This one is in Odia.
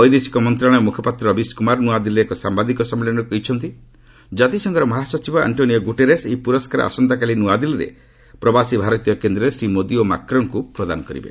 ବୈଦେଶିକ ମନ୍ତ୍ରଣାଳୟର ମୁଖପାତ୍ର ରବୀଶ୍ କୁମାର ନୂଆଦିଲ୍ଲୀରେ ଏକ ସାମ୍ଭାଦିକ ସମ୍ମିଳନୀରେ କହିଛନ୍ତି ଜାତିସଂଘର ମହାସଚିବ ଆଙ୍କୋନିଓ ଗୁଟେରସ୍ ଏହି ପୁରସ୍କାର ଆସନ୍ତାକାଲି ନୂଆଦିଲ୍ଲୀରେ ଥିବା ପ୍ରବାସୀ ଭାରତୀୟ କେନ୍ଦ୍ରରେ ଶ୍ରୀ ମୋଦି ଓ ମାକ୍ରନ୍ଙ୍କୁ ପ୍ରଦାନ କରିବେ